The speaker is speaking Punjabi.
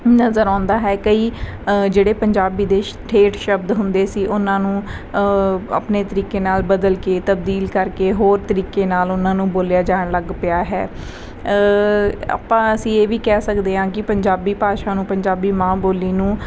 ਨਜ਼ਰ ਆਉਂਦਾ ਹੈ ਕਈ ਜਿਹੜੇ ਪੰਜਾਬੀ ਦੇ ਠੇਠ ਸ਼ਬਦ ਹੁੰਦੇ ਸੀ ਉਹਨਾਂ ਨੂੰ ਆਪਣੇ ਤਰੀਕੇ ਨਾਲ ਬਦਲ ਕੇ ਤਬਦੀਲ ਕਰਕੇ ਹੋਰ ਤਰੀਕੇ ਨਾਲ ਉਹਨਾਂ ਨੂੰ ਬੋਲਿਆ ਜਾਣ ਲੱਗ ਪਿਆ ਹੈ ਆਪਾਂ ਅਸੀਂ ਇਹ ਵੀ ਕਹਿ ਸਕਦੇ ਹਾਂ ਕਿ ਪੰਜਾਬੀ ਭਾਸ਼ਾ ਨੂੰ ਪੰਜਾਬੀ ਮਾਂ ਬੋਲੀ ਨੂੰ